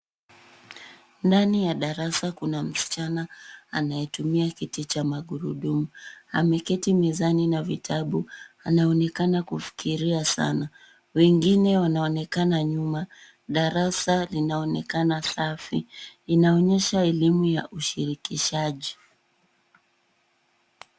Ndani ya darasa kuna msichana anayetumia kiti cha magurudumu. Ameketi mezani na vitabu. Anaonekana kufikiria sana. Wengine wanaonekana nyuma. Darasa linaonekana safi. Inaonyesha elimu ya ushirikishaji.